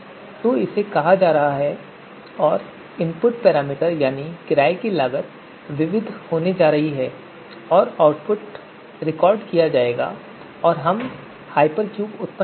तो इसे कहा जा रहा है और इनपुट पैरामीटर यानी किराए की लागत विविध होने जा रही है और आउटपुट रिकॉर्ड किया जाएगा और हम हाइपरक्यूब उत्पन्न करेंगे